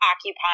occupying